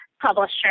publisher